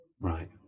Right